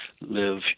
live